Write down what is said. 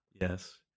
yes